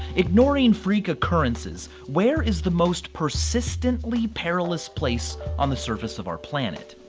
ignoring freak occurrances, where is the most persistently perilous place on the surface of our planet?